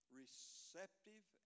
receptive